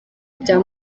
bya